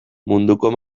munduko